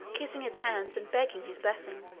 kissing his hands and begging his blessing.